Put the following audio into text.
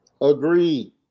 Agreed